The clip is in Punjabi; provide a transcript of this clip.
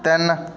ਤਿੰਨ